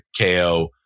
KO